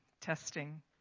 Testing